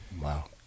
Wow